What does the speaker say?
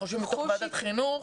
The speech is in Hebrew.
אנחנו יושבים בתוך ועדת החינוך,